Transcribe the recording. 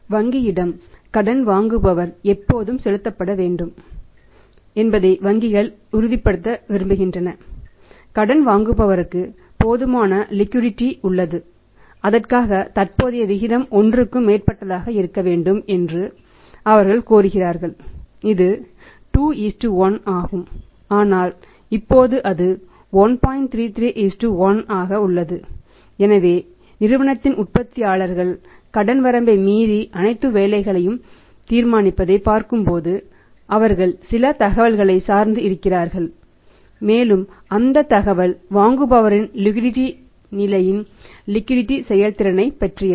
வங்கியிடம் கடன் வாங்குபவர் எப்போது செலுத்தப்பட வேண்டும் என்பதை வங்கிகள் உறுதிப்படுத்த விரும்புகின்றன கடன் வாங்குபவருக்கு போதுமான லிக்விடிடி செயல்திறனைப் பற்றியது